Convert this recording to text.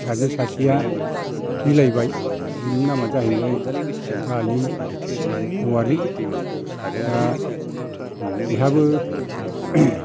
फिसाजो सासेया बिलाइबाय बिनि नामा जाहैबाय गालि औवारि दा बेहाबो